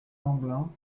lamblin